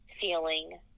feeling